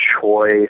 choice